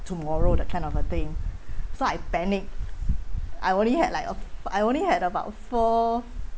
tomorrow that kind of a thing so I panic I only had like uh I only had about four